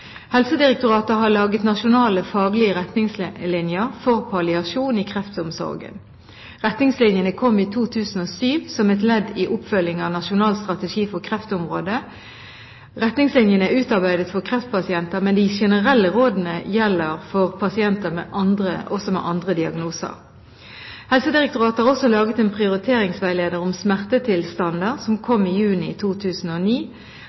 Helsedirektoratet har laget nasjonale faglige retningslinjer for palliasjon i kreftomsorgen. Retningslinjene kom i 2007, som et ledd i oppfølging av Nasjonal strategi for kreftområdet 2006–2009. Retningslinjene er utarbeidet for kreftpasienter, men de generelle rådene gjelder også for pasienter med andre diagnoser. Helsedirektoratet har også laget en prioriteringsveileder om smertetilstander som kom i juni 2009. Denne veilederen er spesielt nyttig for dem som